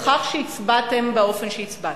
בכך שהצבעתם באופן שהצבעתם,